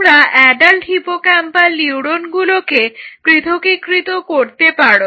তোমরা adult hippocampal নিউরনগুলোকে পৃথকীকৃত করতে পারো